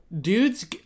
dudes